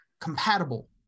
compatible